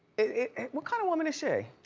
what kind of woman is she?